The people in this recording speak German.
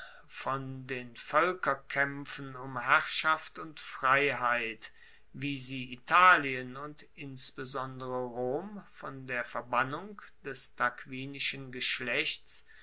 von den voelkerkaempfen um herrschaft und freiheit wie sie italien und insbesondere rom von der verbannung des tarquinischen geschlechts